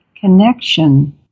connection